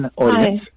Hi